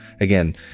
again